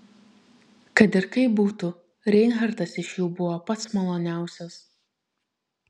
kad ir kaip būtų reinhartas iš jų buvo pats maloniausias